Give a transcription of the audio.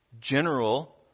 general